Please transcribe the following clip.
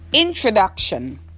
Introduction